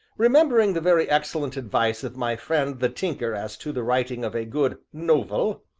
remembering the very excellent advice of my friend the tinker as to the writing of a good nov-el,